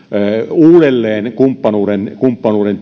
uudelleen kumppanuuden kumppanuuden